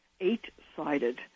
eight-sided